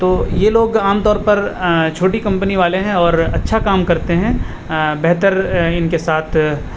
تو یہ لوگ عام طور پر چھوٹی کمپنی والے ہیں اور اچھا کام کرتے ہیں بہتر ان کے ساتھ